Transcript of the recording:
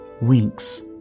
winks